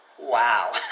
Wow